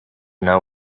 know